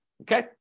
okay